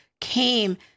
came